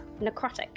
necrotic